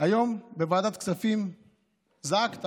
היום בוועדת הכספים זעקת